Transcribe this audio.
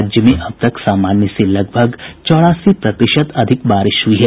राज्य में अब तक सामान्य से लगभग चौरासी प्रतिशत अधिक बारिश हुई है